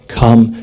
come